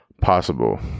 possible